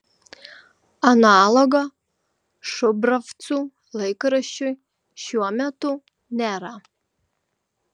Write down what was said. analogo šubravcų laikraščiui šiuo metu nėra